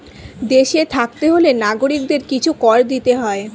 দেশে থাকতে হলে নাগরিকদের কিছু কর দিতে হয়